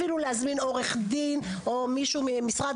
אפילו להזמין עורך דין או מישהו ממשרד